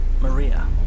Maria